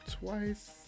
twice